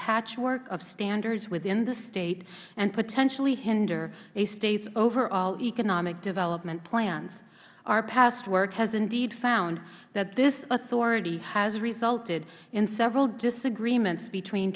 patchwork of standards within the state and potentially hinder a state's overall economic development plans our past work has indeed found that this authority has resulted in several disagreements between